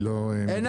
היא לא --- עינב,